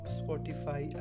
spotify